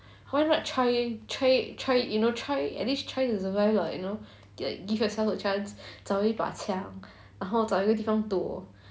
why not try try try you know try at least try to survive lah you know like give yourself a chance 找一把枪然后找一个地方躲